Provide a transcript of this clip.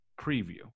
preview